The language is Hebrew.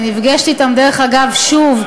אני נפגשת אתם, דרך אגב, שוב,